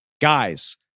Guys